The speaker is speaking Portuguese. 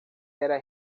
era